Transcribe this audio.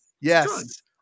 Yes